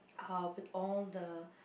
uh with all the